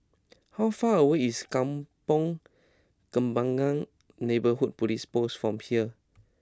how far away is Kampong Kembangan Neighbourhood Police Post from here